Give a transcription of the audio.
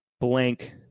blank